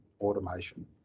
automation